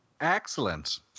Excellent